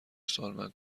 سالمند